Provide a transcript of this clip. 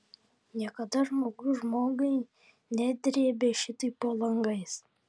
niekada žmogus žmogui nedrėbė šitaip po langais